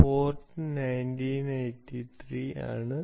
port 1883 ആണ്